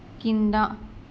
కింద